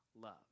love